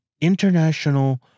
international